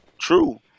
True